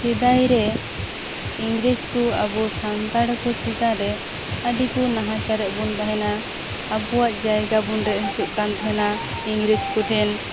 ᱥᱤᱫᱟᱭ ᱨᱮ ᱤᱝᱨᱮᱡᱽ ᱠᱚ ᱟᱵᱚ ᱥᱟᱱᱛᱟᱲ ᱠᱚ ᱪᱮᱛᱟᱱ ᱨᱮ ᱟᱹᱰᱤ ᱠᱚ ᱱᱟᱦᱟᱪᱟᱨᱮᱫ ᱵᱚᱱ ᱛᱟᱦᱮᱱᱟ ᱟᱵᱚᱣᱟᱜ ᱡᱟᱭᱜᱟ ᱵᱚᱱ ᱨᱮᱡ ᱦᱚᱪᱚᱜ ᱠᱟᱱ ᱛᱟᱦᱮᱱᱟ ᱤᱝᱨᱮᱡᱽ ᱠᱚᱴᱷᱮᱱ